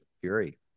Fury